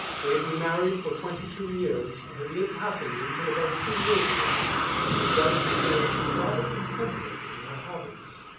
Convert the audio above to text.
they had been married for twenty-two years and had lived happily until about two years ago when his wife began to be rather intemperate in her habits.